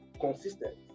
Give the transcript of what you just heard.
consistent